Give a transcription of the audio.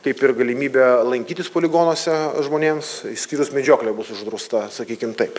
kaip ir galimybė lankytis poligonuose žmonėms išskyrus medžioklė bus uždrausta sakykim taip